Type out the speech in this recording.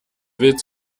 wild